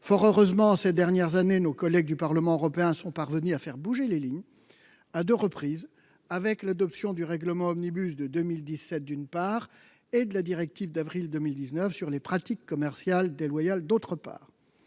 Fort heureusement, ces dernières années, nos collègues du Parlement européen sont parvenus à faire bouger les lignes à deux reprises : avec l'adoption du règlement Omnibus de 2017, tout d'abord, et celle de la directive d'avril 2019 sur les pratiques commerciales déloyales, ensuite.